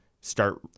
start